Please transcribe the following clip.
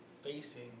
Facing